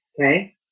okay